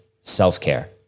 self-care